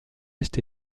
est